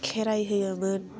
खेराइ होयोमोन